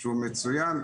הוא מצוין.